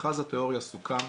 מכרז התיאוריה סוכם,